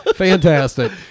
Fantastic